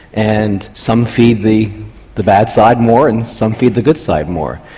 and some feed the the bad side more and some feed the good side more.